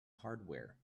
hardware